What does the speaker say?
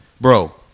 Bro